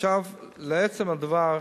לעצם הדבר,